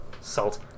Salt